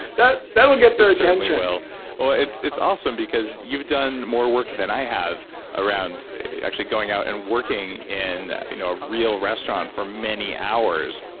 but that'll get their attention it certainly will. well, it's it's awesome because you've done more work than i have around actually going out and working in you know a real restaurant for many hours,